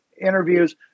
interviews